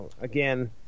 Again